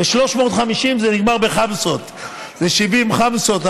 ו-350, זה נגמר בחמסות, זה 70 חמסות.